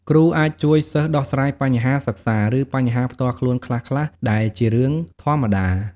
គ្រូអាចជួយសិស្សដោះស្រាយបញ្ហាសិក្សា ឬបញ្ហាផ្ទាល់ខ្លួនខ្លះៗ ដែលជារឿងធម្មតា។